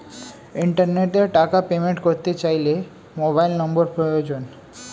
ইন্টারনেটে টাকা পেমেন্ট করতে চাইলে মোবাইল নম্বর প্রয়োজন